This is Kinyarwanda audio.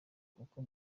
kuko